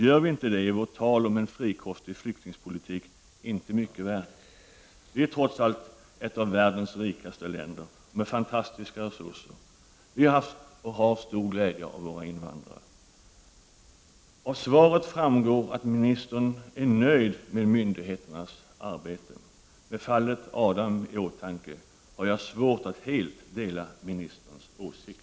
Gör vi inte det är vårt tal om en frikostig flyktingpolitik inte mycket värt. Vi är trots allt ett av världens rikaste länder och med fantastiska resurser. Vi har haft och har stor glädje av våra invandrare. Av svaret framgår att ministern är nöjd med myndigheternas arbete. Med fallet Adam i åtanke har jag svårt att helt dela ministerns åsikt.